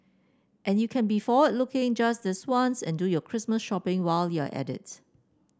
and you can be forward looking just this once and do your Christmas shopping while you're at it